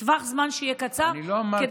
פשוט שטווח הזמן יהיה קצר, כדי,